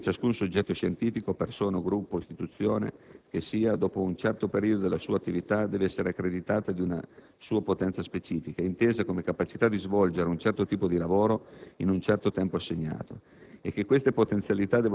Diciamo anche che ciascun soggetto scientifico, persona, gruppo o istituzione che sia, dopo un certo periodo della sua attività, deve essere accreditata di una sua potenza specifica, intesa come capacità di svolgere un certo tipo di lavoro in un certo tempo assegnato,